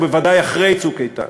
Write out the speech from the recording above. ובוודאי אחרי "צוק איתן",